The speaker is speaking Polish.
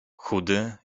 chudy